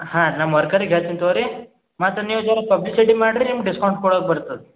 ಹಾಂ ನಮ್ಮ ವರ್ಕರಿಗೆ ಹೇಳ್ತೀನಿ ತಗೋರಿ ಮತ್ತು ನೀವು ಜರಾ ಪಬ್ಲಿಸಿಟಿ ಮಾಡ್ರಿ ನಿಮ್ಗ ಡಿಸ್ಕೌಂಟ್ ಕೊಡಾಕೆ ಬರ್ತದೆ